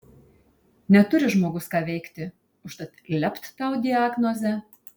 neturi žmogus ką veikti užtat lept tau diagnozę